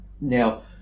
Now